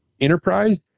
enterprise